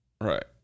Right